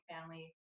family